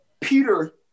Peter